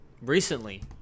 recently